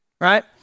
right